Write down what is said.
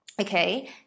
okay